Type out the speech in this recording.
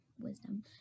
wisdom